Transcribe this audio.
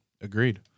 Agreed